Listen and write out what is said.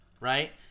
right